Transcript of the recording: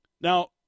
Now